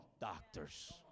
doctors